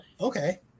okay